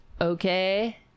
Okay